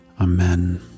Amen